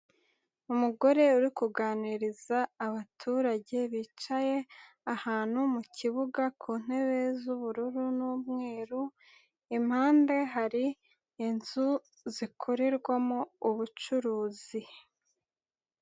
Umugore uri kuganiriza abaturage bicaye ahantu mu kibuga ku ntebe z'ubururu n'umweru, impande hari inzu zikorerwamo ubucuruzi.